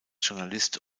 journalist